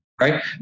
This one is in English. right